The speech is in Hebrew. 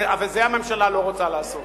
אבל את זה הממשלה לא רוצה לעשות.